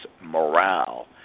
morale